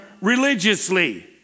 religiously